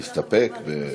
להסתפק?